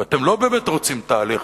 ואתם לא באמת רוצים תהליך,